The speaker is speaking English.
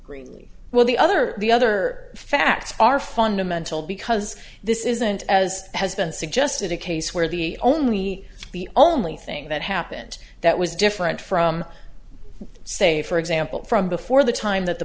greenly where the other the other facts are fundamental because this isn't as has been suggested a case where the only the only thing that happened that was different from say for example from before the time that the